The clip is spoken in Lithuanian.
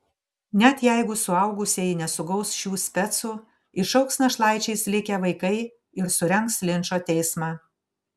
net jeigu suaugusieji nesugaus šių specų išaugs našlaičiais likę vaikai ir surengs linčo teismą